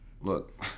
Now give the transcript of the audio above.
look